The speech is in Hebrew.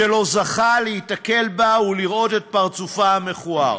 שלא זכה להיתקל בה ולראות את פרצופה המכוער.